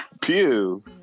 Pew